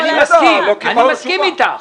אני מסכים, אני מסכים איתך.